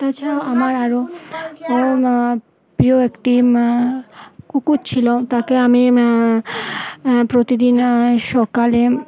তাছাড়াও আমার আরও প্রিয় একটি কুকুর ছিলো তাকে আমি প্রতিদিন সকালে